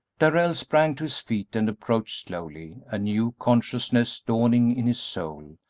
darrell sprang to his feet and approached slowly, a new consciousness dawning in his soul,